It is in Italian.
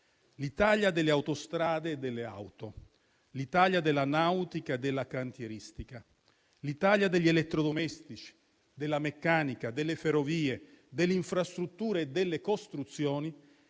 L'Italia delle autostrade e delle auto, l'Italia della nautica e della cantieristica, l'Italia degli elettrodomestici, della meccanica, delle ferrovie, delle infrastrutture e delle costruzioni